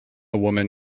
woman